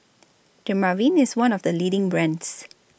Dermaveen IS one of The leading brands